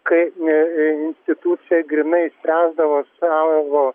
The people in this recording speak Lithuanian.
kai institucija grynai spręsdavo savo